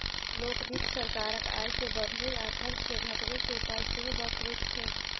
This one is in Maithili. लोक वित्त सरकारक आय के बढ़बय आ खर्च के घटबय के उपाय सेहो बतबैत छै